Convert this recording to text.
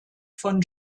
von